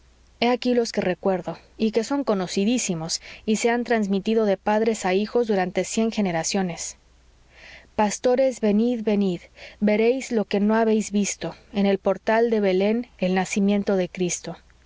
aquí los que recuerdo y que son conocidísimos y se han transmitido de padres a hijos durante cien generaciones pastores venid venid veréis lo que no habéis visto en el portal de belén el nacimiento de cristo